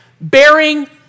bearing